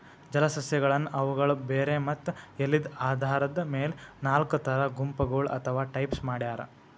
ಜಲಸಸ್ಯಗಳನ್ನ್ ಅವುಗಳ್ ಬೇರ್ ಮತ್ತ್ ಎಲಿದ್ ಆಧಾರದ್ ಮೆಲ್ ನಾಲ್ಕ್ ಥರಾ ಗುಂಪಗೋಳ್ ಅಥವಾ ಟೈಪ್ಸ್ ಮಾಡ್ಯಾರ